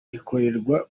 rikorerwa